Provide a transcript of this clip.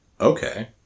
okay